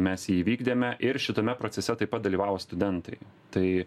mes jį įvykdėme ir šitame procese taip pat dalyvavo studentai tai